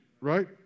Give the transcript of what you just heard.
right